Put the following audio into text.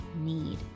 need